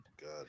God